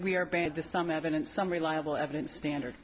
we are bad this some evidence some reliable evidence standard